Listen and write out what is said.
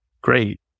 great